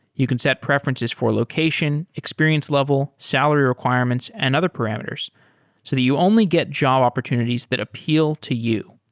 you can set preferences for location, experience level, salary requirements and other parameters so that you only get job opportunities that appeal to you.